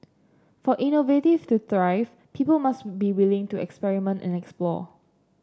for innovation to thrive people must be willing to experiment and explore